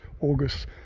August